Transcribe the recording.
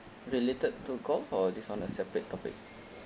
related to golf or this one a separate topic